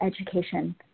education